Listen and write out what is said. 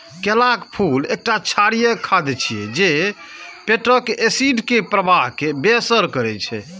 केलाक फूल एकटा क्षारीय खाद्य छियै जे पेटक एसिड के प्रवाह कें बेअसर करै छै